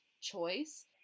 choice